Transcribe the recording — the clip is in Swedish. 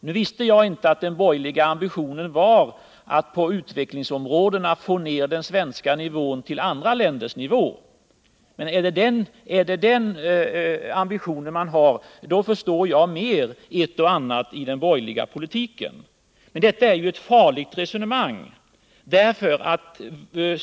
Jag visste inte att den borgerliga ambitionen var att få ned den svenska nivån på utvecklingsområdet till andra länders. Är det den ambitionen man har, förstår jag ett och annat i den borgerliga politiken bättre. Men detta är ett farligt resonemang.